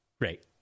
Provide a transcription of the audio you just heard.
Great